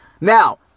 Now